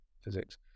physics